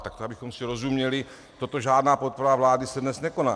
Tak to, abychom si rozuměli, žádná podpora vlády se dnes nekoná.